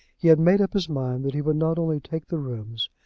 he had made up his mind that he would not only take the rooms,